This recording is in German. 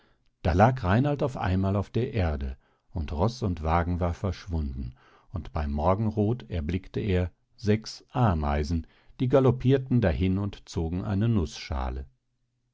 da lag reinald auf einmal auf der erde und roß und wagen war verschwunden und beim morgenroth erblickte er sechs ameisen die galloppirten dahin und zogen eine nußschale